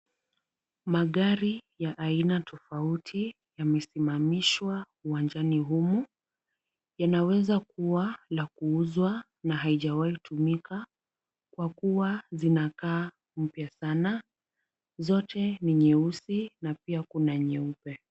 Magari ya aina tofauti yamesimamishwa uwanjani huu ,yanaweza ya kuuzwa na hayajai tumika kwa kua linakaa mpya sana zote ni nyeusi na pia kuna nyeupe.